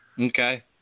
Okay